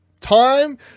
Time